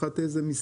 תחת איזה משרד?